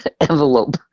envelope